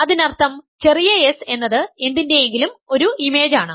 അതിനർത്ഥം ചെറിയ s എന്നത് എന്തിന്റെയെങ്കിലും ഒരു ഇമേജാണ്